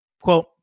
Quote